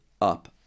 up